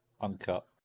Uncut